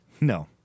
No